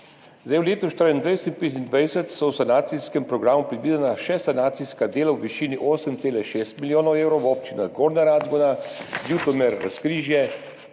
letih 2024, 2025 so v sanacijskem programu predvidena še sanacijska dela v višini 8,6 milijona evrov v občinah Gornja Radgona, Ljutomer, Razkrižje,